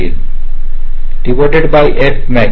dividend by f max